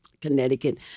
Connecticut